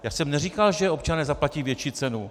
Já jsem neříkal, že občané zaplatí větší cenu.